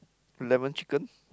lemon chicken